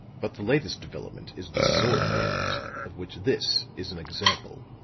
but the latest development is the sword bayonet, of which this is an example.